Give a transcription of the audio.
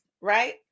right